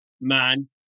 man